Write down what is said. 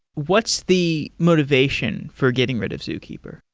what's the motivation for getting rid of zookeeper?